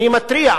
אני מתריע.